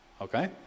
Okay